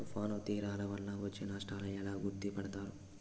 తుఫాను తీరాలు వలన వచ్చే నష్టాలను ఎలా గుర్తుపడతారు?